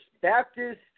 Baptist